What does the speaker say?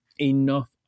enough